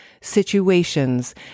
situations